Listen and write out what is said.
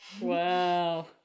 Wow